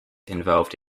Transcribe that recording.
involved